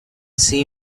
see